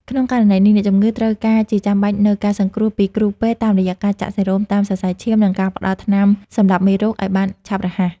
ក្នុងករណីនេះ អ្នកជំងឺត្រូវការជាចាំបាច់នូវការសង្គ្រោះពីគ្រូពេទ្យ តាមរយៈការចាក់សេរ៉ូមតាមសរសៃឈាម និងការផ្តល់ថ្នាំសម្លាប់មេរោគឱ្យបានឆាប់រហ័ស។